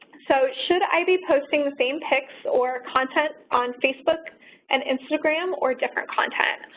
so, should i be posting the same pics or content on facebook and instagram or different content?